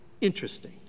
interesting